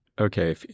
Okay